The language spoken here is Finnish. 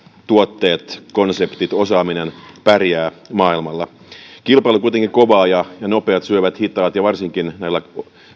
tuotteet konseptit osaaminen pärjäävät maailmalla kilpailu on kuitenkin kovaa ja nopeat syövät hitaat varsinkin näillä